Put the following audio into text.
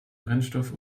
brennstoff